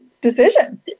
decision